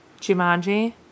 Jumanji